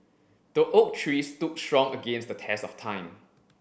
the oak tree stood strong against the test of time